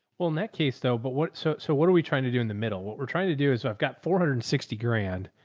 well in that case though, but what, so, so what are we trying to do in the middle? what we're trying to do is i've got four hundred and sixty grand.